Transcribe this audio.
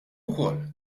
ukoll